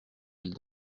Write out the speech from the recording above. elle